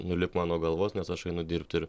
nulipk man nuo galvos nes aš einu dirbti ir